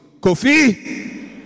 Kofi